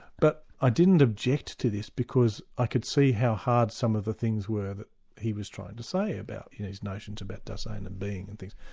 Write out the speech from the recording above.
but i didn't object to this, because i could see how hard some of the things were that he was trying to say about his notions about dasein and being and things,